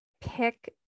pick